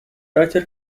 writer